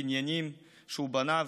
בניינים שהוא בנה,